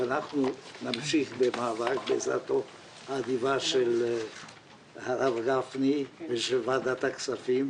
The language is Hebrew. ואנחנו נמשיך במאבק בעזרתו האדיבה של הרב גפני ושל ועדת הכספים,